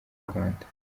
rwanda